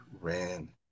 ran